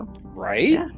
Right